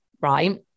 Right